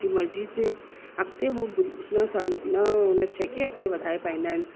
जी मर्ज़ी खे अॻिते हू न उन खे न अॻिते वधाए पाईंदा आहिनि